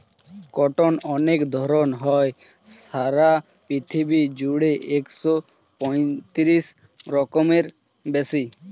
cotton অনেক ধরণ হয়, সারা পৃথিবী জুড়ে একশো পঁয়ত্রিশ রকমেরও বেশি